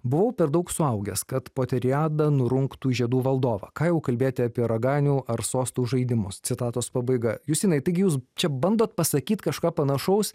buvau per daug suaugęs kad poteriada nurungtų žiedų valdovą ką jau kalbėti apie raganių ar sostų žaidimus citatos pabaiga justinai taigi jūs čia bandot pasakyt kažką panašaus